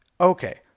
Okay